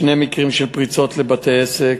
שני מקרים של פריצות לבתי-עסק